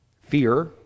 fear